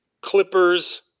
Clippers